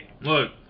Look